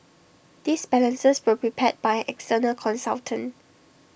these balances were prepared by external consultant